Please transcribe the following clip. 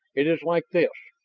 it is like this